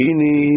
Ini